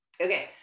Okay